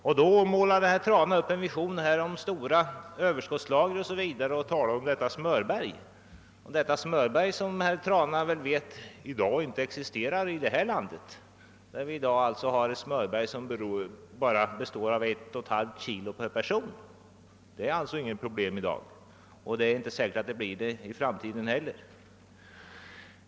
Men då målar herr Trana upp en vision av stora överskottslager, och han talar om smörberget. Men herr Trana vet väl att »smörberget» här i landet i dag bara består av 1,5 kg per person. Detta är alltså i dag inte något problem, och det är inte säkert att det blir något problem i framtiden heller.